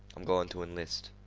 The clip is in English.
i'm going to enlist.